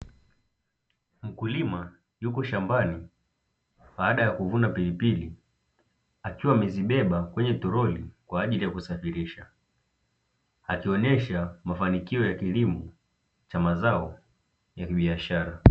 Mkulima yuko shambani baada ya kuvuna pilipili akiwa amezibeba kwenye toroli kwa ajili ya kusafirisha akionyesha mafanikio ya kilimo cha mazao ya biashara.